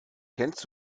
kennst